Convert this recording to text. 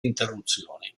interruzioni